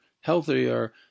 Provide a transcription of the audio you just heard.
healthier